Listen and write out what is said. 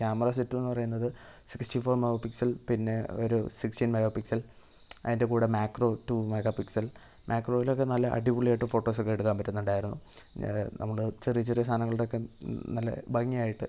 ക്യാമ റ സെറ്റെന്ന് പറയുന്നത് സിക്സ്റ്റി ഫോർ മെഗാപിക്സൽ പിന്നെ ഒരു സിക്സ്റ്റീൻ മെഗാപിക്സൽ അതിൻ്റെ കൂടെ മാക്രോ ടു മെഗാ പിക്സൽ മാക്രോയിലൊക്കെ നല്ല അടിപൊളി ആയിട്ട് ഫോട്ടോസ് ഒക്കെ എടുക്കാൻ പറ്റുന്നുണ്ടായിരുന്നു നമ്മൾ ചെറിയ ചെറിയ സാധനങ്ങളുടെ ഒക്കെ നല്ല ഭംഗി ആയിട്ട്